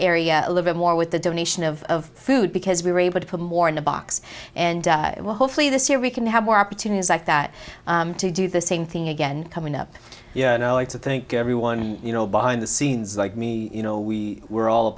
area live in more with the donation of food because we were able to put more in the box and hopefully this year we can have more opportunities like that to do the same thing again coming up you know it's a think everyone you know behind the scenes like me you know we were all a